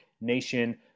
nation